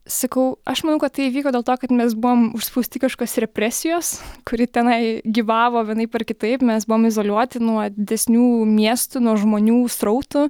sakau aš manau kad tai įvyko dėl to kad mes buvom užspausti kažkokios represijos kuri tenai gyvavo vienaip ar kitaip mes buvom izoliuoti nuo didesnių miestų nuo žmonių srautų